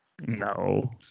No